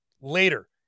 later